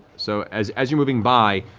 so as as you're moving by,